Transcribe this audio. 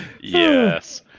Yes